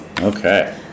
Okay